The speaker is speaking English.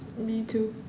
me too